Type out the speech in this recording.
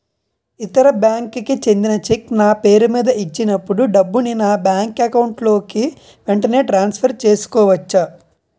ఇతర బ్యాంక్ కి చెందిన చెక్ నా పేరుమీద ఇచ్చినప్పుడు డబ్బుని నా బ్యాంక్ అకౌంట్ లోక్ వెంటనే ట్రాన్సఫర్ చేసుకోవచ్చా?